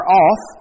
off